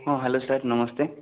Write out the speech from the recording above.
ହଁ hello sir ନମସ୍ତେ